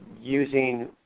using